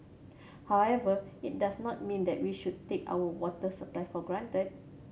however it does not mean that we should take our water supply for granted